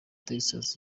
texas